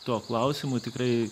tuo klausimu tikrai